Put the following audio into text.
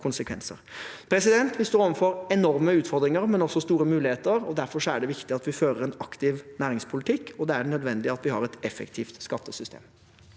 konsekvenser. Vi står overfor enorme utfordringer, men også store muligheter. Derfor er det viktig at vi fører en aktiv næringspolitikk, og det er nødvendig at vi har et effektivt skattesystem.